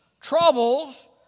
troubles